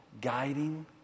guiding